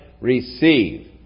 receive